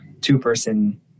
two-person